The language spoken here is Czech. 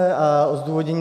A zdůvodnění.